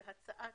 זו הצעה,